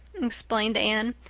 explained anne.